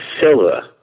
silver